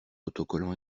autocollants